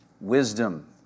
wisdom